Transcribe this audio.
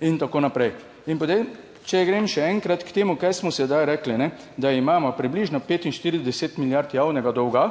in tako naprej. In potem, če grem še enkrat k temu, kar smo sedaj rekli, da imamo približno 45 milijard javnega dolga,